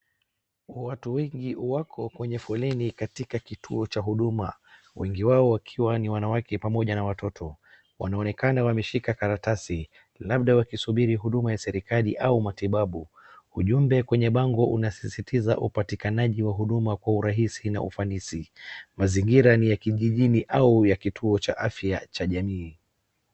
Watu wengi wako kwenye foleni katika kituo cha huduma. Wengi wao wakiwa ni wanawake pamoja na watoto. Wanaonekana wameshika karatasi, labda wakisubiri huduma ya serikali au matibabu. Ujumbe kwenye bango unasisitiza upatinakaji wa huduma kwa urahis, na ufanisi. Mazingira ni ya kijijini au kituo cha afya cha jamii.